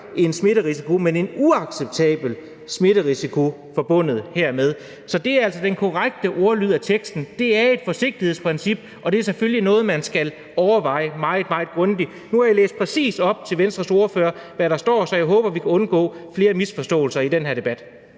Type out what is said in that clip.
en smitterisiko, men at der er »en uacceptabel smitterisiko forbundet hermed«. Så det er altså den korrekte ordlyd af teksten – det er et forsigtighedsprincip, og det er selvfølgelig noget, man skal overveje meget, meget grundigt. Nu har jeg læst op for hr. Kristian Pihl Lorentzen fra Venstre, hvad der præcis står, så jeg håber, at vi kan undgå flere misforståelser i den her debat.